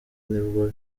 nibwo